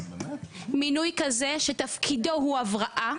מינוי כזה שתפקידו הוא הבראה,